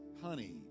honey